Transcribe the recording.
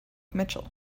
mitchell